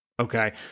Okay